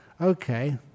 Okay